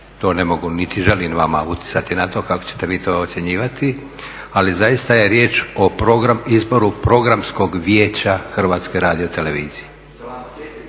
To ne mogu niti želim vama utjecati na to kako ćete vi to ocjenjivati, ali zaista je riječ o izboru Programskog vijeća HRT-a. … /Upadica se ne